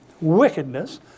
wickedness